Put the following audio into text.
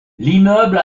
l’immeuble